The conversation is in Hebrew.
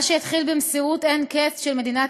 מה שהתחיל במסירות אין-קץ של מדינת